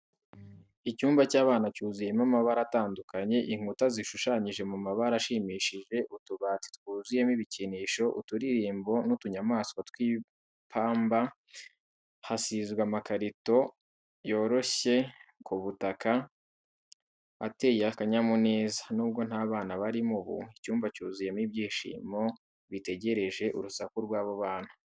Icyumba cy’abana cyuzuyemo amabara atandukanye, inkuta zishushanyije mu mabara ashimishije, utubati twuzuyemo ibikinisho, uturirimbo n’utunyamaswa tw’ipamba. Hasizwe amakarito yoroshye ku butaka, ateye akanyamuneza. Nubwo nta bana barimo ubu, icyumba cyuzuyemo ibyishimo bitegereje urusaku rwabo bana.